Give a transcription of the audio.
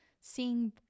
seeing